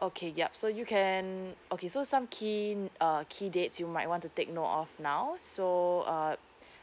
okay yup so you can okay so some keen uh key dates you might want to take note of now so uh